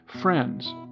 Friends